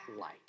light